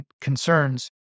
concerns